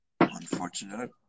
unfortunate